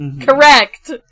Correct